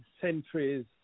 centuries